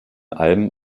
alben